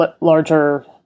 larger